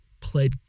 pled